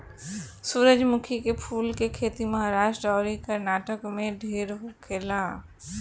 सूरजमुखी के फूल के खेती महाराष्ट्र अउरी कर्नाटक में ढेर होखेला